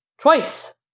twice